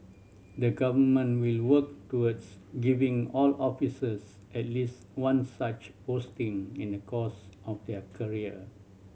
the Government will work towards giving all officers at least one such posting in the course of their career